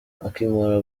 akimara